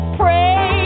pray